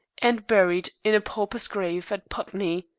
and buried in a pauper's grave at putney.